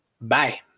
Bye